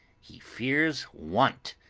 he fear want!